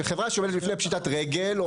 שחברה שעומדת בפני פשיטת רגל,